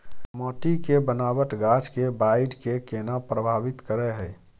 माटी के बनावट गाछ के बाइढ़ के केना प्रभावित करय हय?